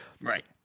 Right